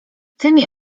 tymi